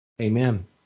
Amen